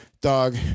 dog